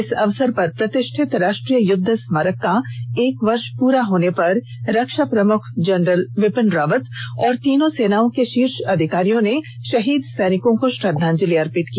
इस अवसर पर प्रतिष्ठित राष्ट्रीय युद्ध स्मारक का एक वर्ष पूरा होने पर रक्षा प्रमुख जनरल बिपिन रावत और तीनों सेनाओं के शीर्ष अधिकारियों ने शहीद सैनिकों को श्रद्वांजलि अर्पित की